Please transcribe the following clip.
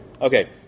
Okay